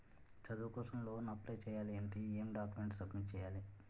చదువు కోసం loan apply చేయాలి అంటే ఎం డాక్యుమెంట్స్ సబ్మిట్ చేయాలి?